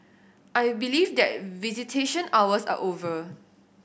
I believe that visitation hours are over